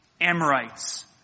Amorites